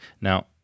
Now